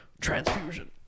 transfusion